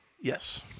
Yes